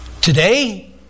Today